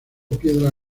piedras